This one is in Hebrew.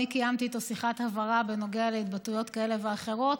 אני קיימתי איתו שיחת הבהרה בנוגע להתבטאויות כאלה ואחרות.